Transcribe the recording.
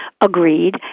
agreed